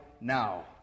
now